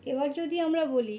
এবার যদি আমরা বলি